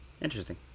Interesting